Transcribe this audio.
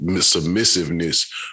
submissiveness